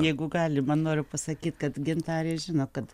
jeigu gali man noriu pasakyt kad gintarė žino kad